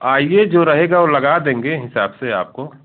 आइए जो रहेगा वह लगा देंगे हिसाब से आपको